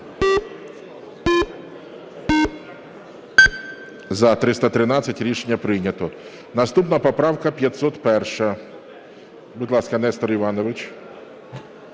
За-313 Рішення прийнято. Наступна поправка 501-а. Будь ласка, Нестор Іванович.